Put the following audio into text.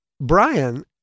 Brian